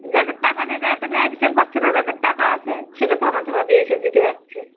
যাদের টাকা নেই তারা তো ন্যায়বিচার পাচ্ছে না যাদের টাকা আছে সেটা ধামাচাপা দিয়ে সে জিতে যাচ্ছে